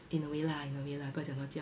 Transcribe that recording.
in a way lah in a way lah 不要讲到这样